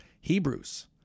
Hebrews